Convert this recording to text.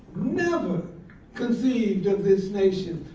never conceived this nation,